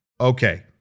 Okay